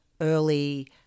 early